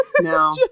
No